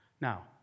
Now